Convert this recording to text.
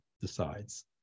decides